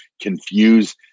confuse